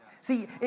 See